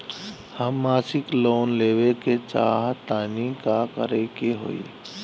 हम मासिक लोन लेवे के चाह तानि का करे के होई?